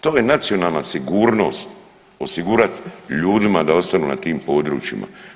To vam je nacionalna sigurnost osigurat ljudima da ostanu na tim područjima.